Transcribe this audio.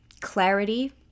clarity